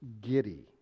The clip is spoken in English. giddy